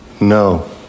No